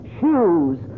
shoes